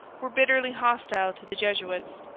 were bitterly hostile to the jesuits.